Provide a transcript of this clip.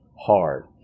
hard